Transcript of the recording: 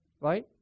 Right